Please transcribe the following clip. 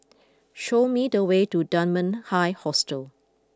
show me the way to Dunman High Hostel